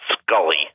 Scully